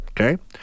Okay